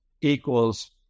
equals